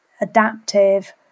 adaptive